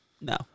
No